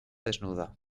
desnuda